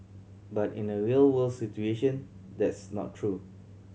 but in a real world situation that's not true